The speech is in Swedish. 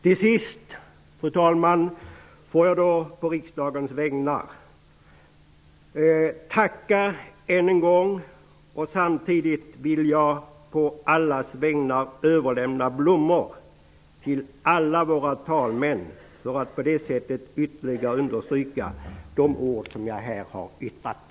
Till sist vill jag än en gång på riksdagens vägnar tacka. Samtidigt vill jag på allas vägnar överlämna blommor till alla våra talmän för att på det sättet ytterligare understryka de ord jag här har yttrat.